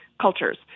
cultures